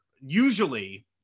usually